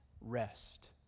rest